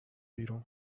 بیرون